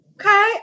Okay